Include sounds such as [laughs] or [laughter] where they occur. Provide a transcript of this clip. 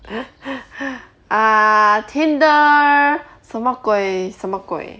[laughs] ah tinder 什么鬼什么鬼